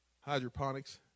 hydroponics